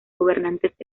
gobernantes